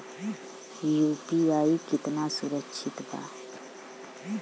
UPI कितना सुरक्षित बा?